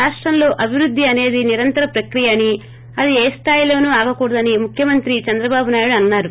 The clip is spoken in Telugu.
ప్రాష్టంలో అభివృద్ది అనేది నిరంతర ప్రక్రియ అని అది ఏ స్లాయిలోనూ ఆగకూడదని ముర్ఖ్యమంత్రి చంద్రబాబు నాయుడు అన్నారు